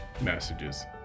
messages